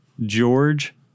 George